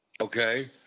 Okay